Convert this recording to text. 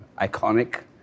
iconic